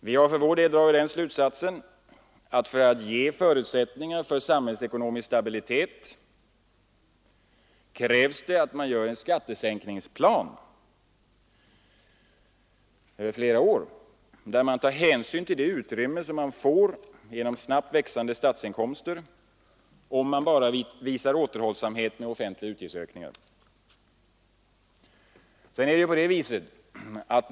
Vi har för vår del dragit den slutsatsen att för att ge förutsättningar för samhällsekonomisk stabilitet krävs det att man gör en skattesänkningsplan över flera år, där man tar hänsyn till det utrymme som man får genom snabbt växande statsinkomster om man bara visar återhållsamhet med offentliga utgiftsökningar.